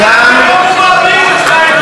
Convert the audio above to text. אתה שנה וחצי בתפקיד, למה הוא לא מעביר לך את זה?